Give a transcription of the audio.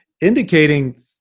indicating